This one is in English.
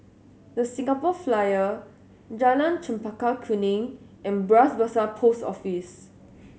The Singapore Flyer Jalan Chempaka Kuning and Bras Basah Post Office